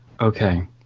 Okay